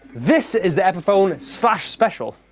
this is the epiphone and slash special.